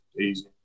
Easy